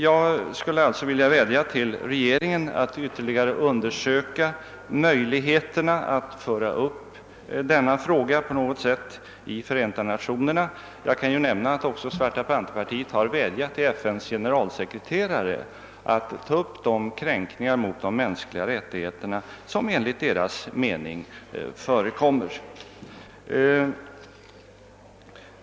Jag vill alltså vädja till regeringen att ytterligare undersöka möjligheterna att på något sätt föra upp denna fråga på Förenta nationernas arbetsordning. Jag kan nämna att också partiet Svarta pantrarna vädjat till FN:s generalsekreterare att ta upp de kränkningar mot de mänskliga rättigheterna som enligt dess mening förekommer.